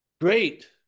Great